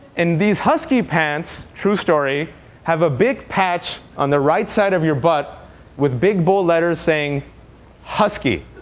and these husky pants true story have a big patch on the right side of your butt with big bold letters saying husky.